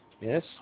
Yes